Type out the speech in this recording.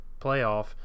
playoff